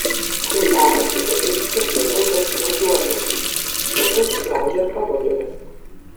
čimbaras apie feisbuke plintančias sūnaus nuotraukas kažkas įsilaužė ir pavogė jas